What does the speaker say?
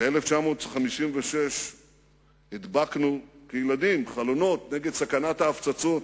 ב-1956 הדבקנו, כילדים, חלונות נגד סכנת ההפצצות,